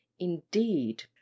indeed